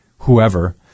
Whoever